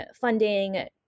funding